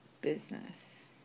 business